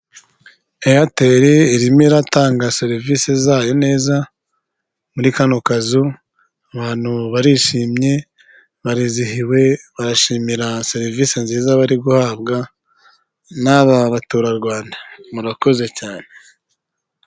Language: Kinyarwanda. AIRTEL irimo iratanga serivisi zayo neza muri kano kazu, abantu barishimye, barizihiwe, barashimira serivisi nziza bari guhabwa naba baturarwanda. Murakoze cyane!